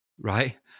right